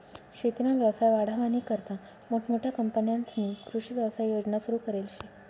शेतीना व्यवसाय वाढावानीकरता मोठमोठ्या कंपन्यांस्नी कृषी व्यवसाय योजना सुरु करेल शे